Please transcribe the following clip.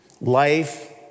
Life